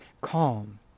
calm